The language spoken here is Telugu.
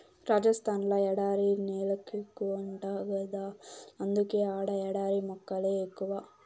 రాజస్థాన్ ల ఎడారి నేలెక్కువంట గదా అందుకే ఆడ ఎడారి మొక్కలే ఎక్కువ